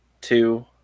two